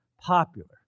popular